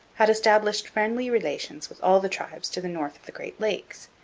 had established friendly relations with all the tribes to the north of the great lakes,